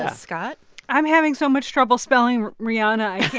ah scott i'm having so much trouble spelling rihanna i